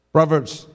Proverbs